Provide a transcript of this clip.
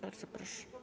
Bardzo proszę.